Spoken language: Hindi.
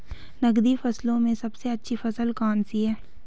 नकदी फसलों में सबसे अच्छी फसल कौन सी है?